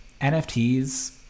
NFTs